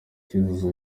cyuzuzo